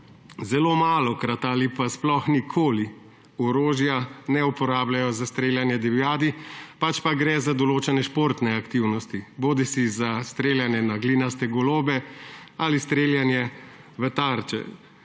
ki malokrat ali pa sploh nikoli orožja ne uporabljajo za streljanje divjadi, pač pa gre za določene športne aktivnosti, bodisi za streljanje na glinaste golobe ali streljanje v tarče.